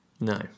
No